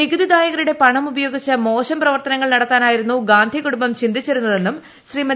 നികുതി ദായകരുടെ പണമുപയോഗിച്ച് മോശം പ്രവർത്തനങ്ങൾ നടത്താനായിരുന്നു ഗാന്ധി കുടുംബം ചിന്തിച്ചിരുന്നതെന്നും ശ്രീമതി